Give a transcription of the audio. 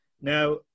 Now